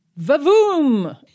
Vavoom